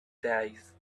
days